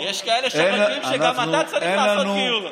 יש שכאלה שחושבים שגם אתה צריך לעשות גיור.